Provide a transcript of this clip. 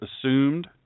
assumed